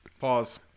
Pause